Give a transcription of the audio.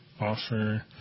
offer